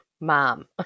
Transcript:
mom